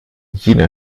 jener